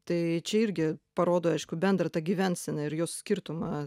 tai čia irgi parodo aišku bendrą tą gyvenseną ir jos skirtumą